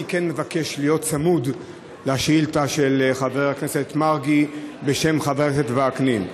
אני כן מבקש להיות צמוד לשאילתה של חבר הכנסת מרגי בשם חבר הכנסת וקנין.